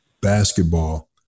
basketball